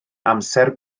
amser